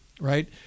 right